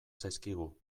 zaizkigu